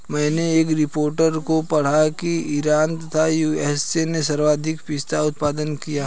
मैनें एक रिपोर्ट में पढ़ा की ईरान तथा यू.एस.ए ने सर्वाधिक पिस्ता उत्पादित किया